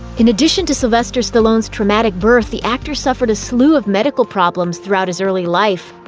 in addition to sylvester stallone's traumatic birth, the actor suffered a slew of medical problems throughout his early life.